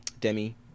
Demi